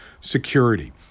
security